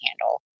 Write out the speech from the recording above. handle